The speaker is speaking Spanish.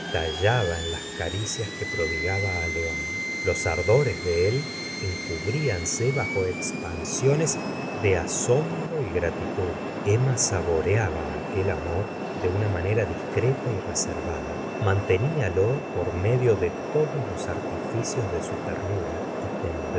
estallaba en las caricias que prodigaba á león los ardores de él encubriánse bajo expansiones de asombro y gratitud emma saboreaba aquel am or de una manera discreta y reservada manteníalo por medio de todos los artificios de su ternura y